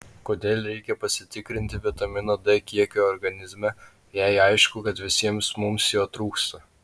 kodėl reikia pasitikrinti vitamino d kiekį organizme jei aišku kad visiems mums jo trūksta